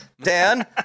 Dan